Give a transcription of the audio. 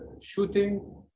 shooting